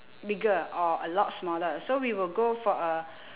bigger or a lot smaller so we will go for a